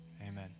amen